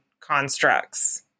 constructs